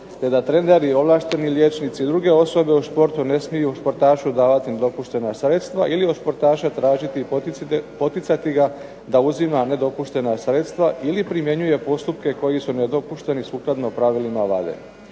da treneri i ovlašteni liječnici i druge osobe u športu ne smiju športašu davati nedopuštena sredstva ili od športaša tražiti i poticati ga da uzima nedopuštena sredstva ili primjenjuje postupke koji su nedopušteni sukladno pravilima WADA-e.